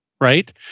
Right